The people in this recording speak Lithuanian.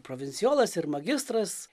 provincijolas ir magistras